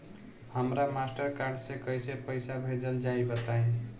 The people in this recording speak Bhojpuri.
हमरा मास्टर कार्ड से कइसे पईसा भेजल जाई बताई?